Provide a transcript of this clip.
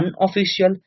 unofficial